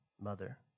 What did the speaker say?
mother